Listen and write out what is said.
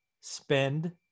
spend